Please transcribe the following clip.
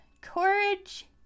Courage